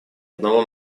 одного